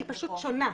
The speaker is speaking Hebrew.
היא פשוט שונה.